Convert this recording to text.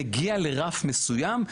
מגיע לרף מסוים,